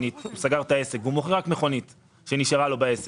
הוא סגר את העסק ומוכר רק מכונית שנשארה לו בעסק,